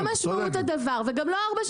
זאת לא משמעות הדבר, וגם לא ארבע שנים.